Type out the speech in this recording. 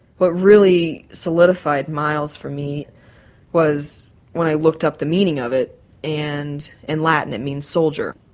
what really solidified miles for me was when i looked up the meaning of it and in latin it means soldier.